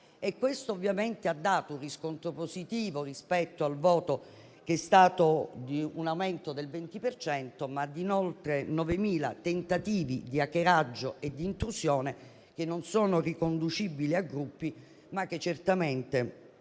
Questo ovviamente ha dato un riscontro positivo rispetto al voto, poiché c'è stato un aumento del 20 per cento; ma vi sono stati oltre 9.000 tentativi di hackeraggio e di intrusione che non sono riconducibili a gruppi, ma che certamente